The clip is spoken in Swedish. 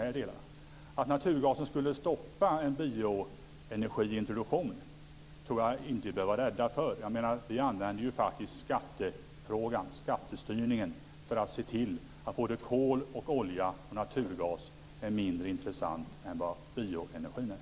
Att naturgasen skulle stoppa en bioenergiintroduktion behöver vi nog inte vara rädda för. Vi använder ju skattestyrningen för att se till att kol, olja och naturgas är mindre intressant än vad bioenergin är.